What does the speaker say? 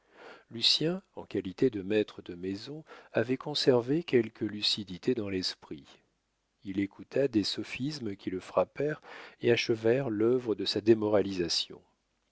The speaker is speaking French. lucien en qualité de maître de maison avait conservé quelque lucidité dans l'esprit il écouta des sophismes qui le frappèrent et achevèrent l'œuvre de sa démoralisation